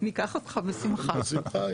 עם מרכז המחקר והמידע של הכנסת, מה קרה במשק.